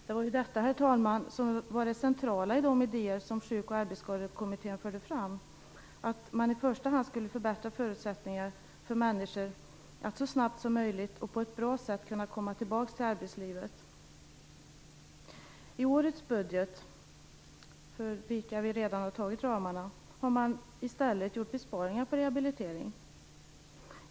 Det var detta, herr talman, som var det centrala i de idéer som Sjuk och arbetsskadekommittén förde fram, att man i första hand skulle förbättra förutsättningarna för människor att så snabbt som möjligt och på ett bra sätt kunna komma tillbaka till arbetslivet. I årets budget, för vilken vi redan har antagit ramarna, har man i stället gjort besparingar på rehabilitering.